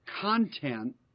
content